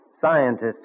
scientists